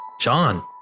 John